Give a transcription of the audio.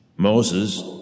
Moses